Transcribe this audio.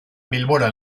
bilbora